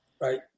Right